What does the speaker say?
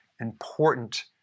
important